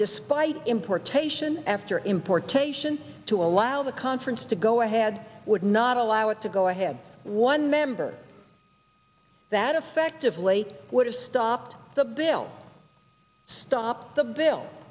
despite importation after importation to allow the conference to go ahead would not allow it to go ahead one member that effectively would have stopped the bill stopped the bill